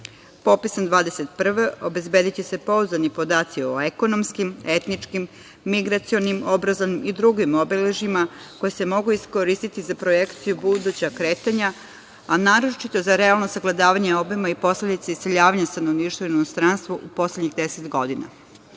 godine obezbediće se pouzdani podaci o ekonomskim, etničkim, migracionim, obrazovnim i drugim obeležjima koji se mogu iskoristiti za projekciju budućeg kretanja, a naročito za realno sagledavanje obima i posledica iseljavanja stanovništva u inostranstvo u poslednjih deset godina,